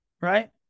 right